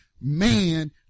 man